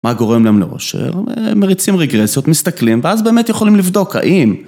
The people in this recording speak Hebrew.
מה גורם להם לאושר, מריצים רגרסיות, מסתכלים ואז באמת יכולים לבדוק האם...